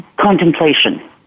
contemplation